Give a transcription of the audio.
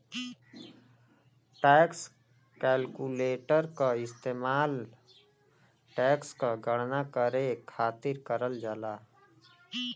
tax calculator क इस्तेमाल tax क गणना करे खातिर करल जाला